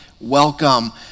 welcome